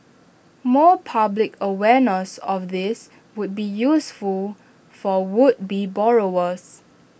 more public awareness on this would be useful for would be borrowers